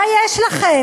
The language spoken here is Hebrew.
מה יש לכם?